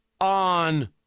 on